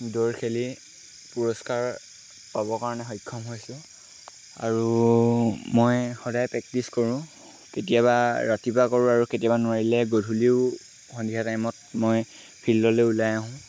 দৌৰ খেলি পুৰস্কাৰ পাবৰ কাৰণে সক্ষম হৈছোঁ আৰু মই সদায় প্ৰেক্টিচ কৰোঁ কেতিয়াবা ৰাতিপুৱা কৰোঁ আৰু কেতিয়াবা নোৱাৰিলে গধূলিও সন্ধিয়া টাইমত মই ফিল্ডলৈ ওলাই আহোঁ